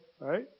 right